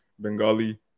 Bengali